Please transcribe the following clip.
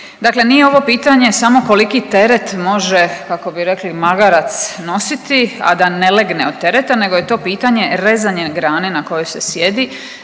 Dakle, nije ovo pitanje samo koliki teret može kako bi rekli magarac nositi a da ne legne od tereta, nego je to pitanje rezanje grane na kojoj se sjedi